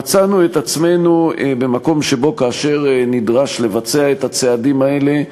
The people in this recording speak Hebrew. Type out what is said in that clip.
מצאנו את עצמנו במקום שבו כאשר נדרש לבצע את הצעדים האלה,